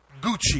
Gucci